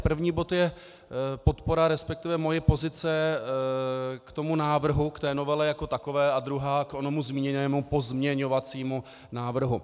První bod je podpora, respektive moje pozice k tomu návrhu, k té novele jako takové a druhá k onomu zmíněnému pozměňovacímu návrhu.